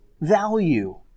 value